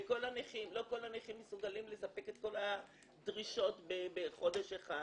ולא כל הנכים מסוגלים לספק את כל הדרישות בחודש אחד.